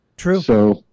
True